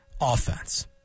offense